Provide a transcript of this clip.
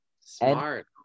Smart